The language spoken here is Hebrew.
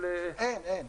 אין.